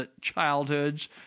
childhoods